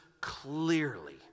clearly